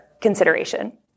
consideration